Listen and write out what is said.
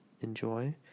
enjoy